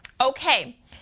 Okay